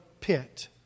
pit